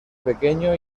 pequeño